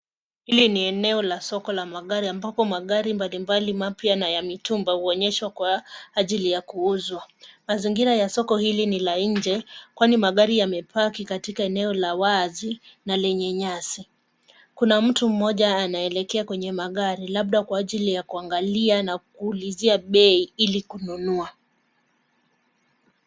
Hili ni eneo la soko la magari ambapo magari mbalimbali mapya na ya mitumba huonyeshwa kwa ajili ya kuuzwa. Mazingira ya soko hili ni la nje kwani magari yamepaki katika eneo la wazi na lenye nyasi. Kuna mtu mmoja anaelekea kwenye magari labda kwa ajili ya kuangalia na kuulizia bei ili kununua.